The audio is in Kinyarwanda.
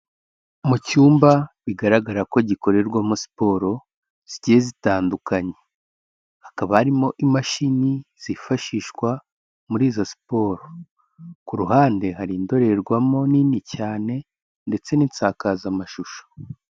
Mu cyumba bigaragara ko gikorerwamo siporo zigiye zitandukanye, hakaba harimo imashini zifashishwa muri izo siporo, ku ruhande hari indorerwamo nini cyane ndetse n'isakazamashusho.